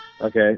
Okay